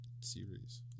series